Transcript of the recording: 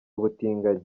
ubutinganyi